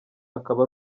akaba